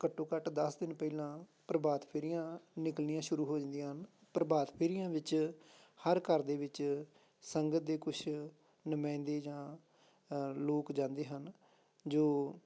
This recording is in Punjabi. ਘੱਟੋ ਘੱਟ ਦਸ ਦਿਨ ਪਹਿਲਾਂ ਪ੍ਰਭਾਤ ਫੇਰੀਆਂ ਨਿਕਲਣੀਆਂ ਸ਼ੁਰੂ ਹੋ ਜਾਂਦੀਆਂ ਹਨ ਪ੍ਰਭਾਤ ਫੇਰੀਆਂ ਵਿੱਚ ਹਰ ਘਰ ਦੇ ਵਿੱਚ ਸੰਗਤ ਦੇ ਕੁਛ ਨੁਮਾਇੰਦੇ ਜਾਂ ਲੋਕ ਜਾਂਦੇ ਹਨ ਜੋ